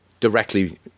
directly